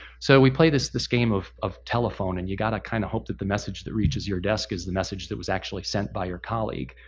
so we play this this game of of telephone, and you got to kind of hope the message that reaches your desk is the message that was actually sent by your colleague.